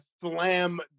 slam